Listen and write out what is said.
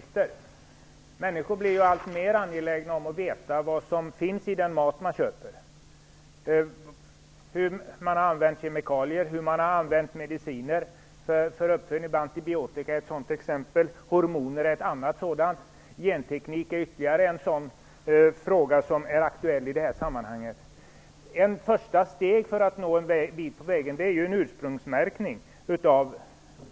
Herr talman! Jag skulle vilja ställa en fråga till statsrådet Blomberg som konsumentminister. Människor blir alltmer angelägna att veta vad som finns i den mat man köper. Man vill veta hur man har använt kemikalier och mediciner vid uppfödning. Antibiotika är ett exempel, hormoner ett annat. Frågan om genteknik är också aktuell i det här sammanhanget. Ett första steg för att nå en bit på vägen är ursprungsmärkning av